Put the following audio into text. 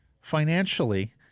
financially